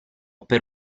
per